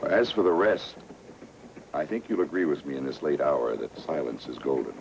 as for the rest i think you'll agree with me in this late hour that silence is golden